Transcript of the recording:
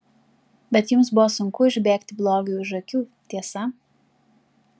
bet jums buvo sunku užbėgti blogiui už akių tiesa